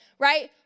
right